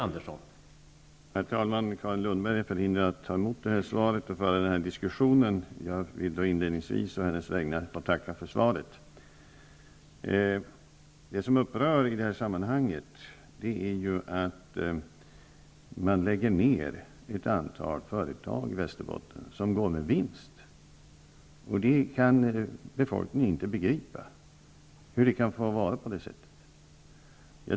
Herr talman! Jag vill inledningsvis på Carin Lundbergs vägnar tacka för svaret. Det som upprör i det här sammanhanget är att man lägger ner ett antal företag i Västerbotten som går med vinst. Befolkningen kan inte begripa hur det kan få vara på det sättet.